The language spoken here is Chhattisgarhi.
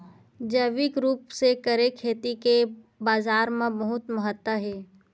जैविक रूप से करे खेती के बाजार मा बहुत महत्ता हे